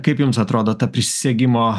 kaip jums atrodo ta prisisegimo